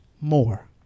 more